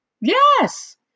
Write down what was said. yes